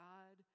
God